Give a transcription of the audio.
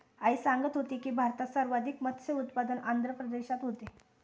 आई सांगत होती, भारतात सर्वाधिक मत्स्य उत्पादन आंध्र प्रदेशात होते